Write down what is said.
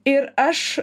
ir aš